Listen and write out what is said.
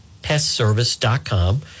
PestService.com